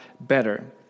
better